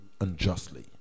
unjustly